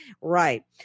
Right